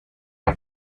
las